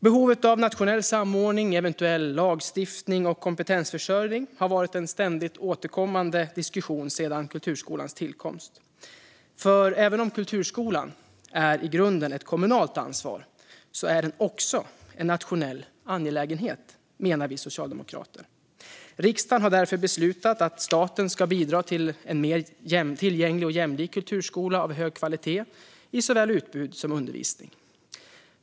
Behovet av nationell samordning, eventuell lagstiftning och kompetensförsörjning har varit en ständigt återkommande diskussion sedan kulturskolans tillkomst. För även om kulturskolan är i grunden ett kommunalt ansvar är den också en nationell angelägenhet, menar vi socialdemokrater. Riksdagen har därför beslutat att staten ska bidra till en mer tillgänglig och jämlik kulturskola av hög kvalitet i såväl utbud som undervisning.